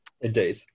Indeed